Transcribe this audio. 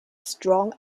strong